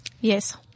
Yes